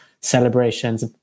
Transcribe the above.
celebrations